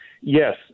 Yes